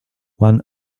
one